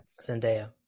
Zendaya